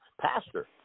Pastor